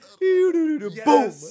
Boom